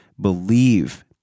believe